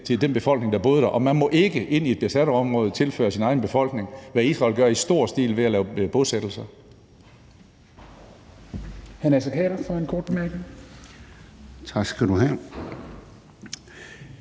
til den befolkning, der boede der, og man må ikke tilføre et besat område sin egen befolkning, hvad Israel gør i stor stil ved at lave bosættelser.